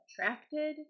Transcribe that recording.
attracted